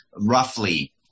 roughly